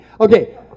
Okay